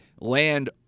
land